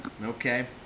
Okay